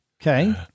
Okay